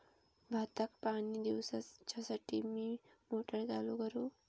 भाताक पाणी दिवच्यासाठी मी मोटर चालू करू?